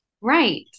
Right